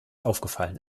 aufgefallen